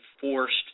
forced